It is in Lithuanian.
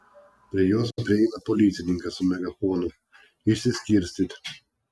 prie jos prieina policininkas su megafonu išsiskirstyt